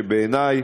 שבעיני,